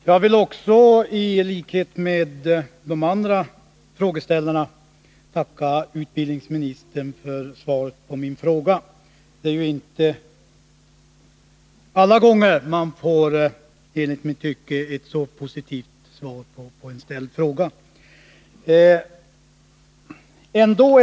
Herr talman! Jag vill i likhet med de andra två frågeställarna tacka utbildningsministern för svaret på min fråga. Det är ju inte alla gånger man får ett efter mitt tycke så positivt svar på framställd fråga.